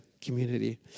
community